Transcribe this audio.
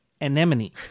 Anemone